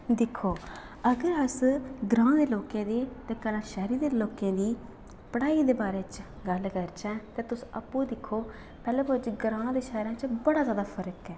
दिक्खो अगर अस ग्रांऽ दे लोकें दे ते कन्नै शैह्रें दे लोकें दी पढ़ाई दे बारै च गल्ल करचै ते तुस आपूं गै दिक्खो पैह्लें पुज्ज ग्रांऽ ते शैह्रें च बड़ा जादै फर्क ऐ